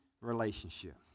relationship